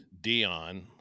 Dion